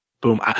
Boom